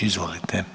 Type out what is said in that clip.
Izvolite.